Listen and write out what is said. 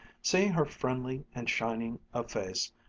seeing her friendly and shining of face,